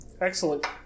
Excellent